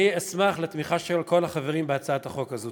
אני אשמח על תמיכה של כל החברים בהצעת החוק הזו.